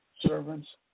servants